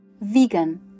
Vegan